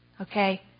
Okay